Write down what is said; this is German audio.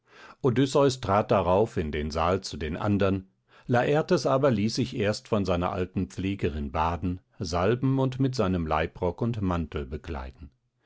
odysseus trat darauf in den saal zu den andern lartes aber ließ sich erst von seiner alten pflegerin baden salben und mit seinem leibrock und mantel bekleiden